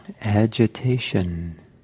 agitation